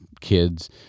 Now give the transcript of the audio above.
kids